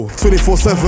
24-7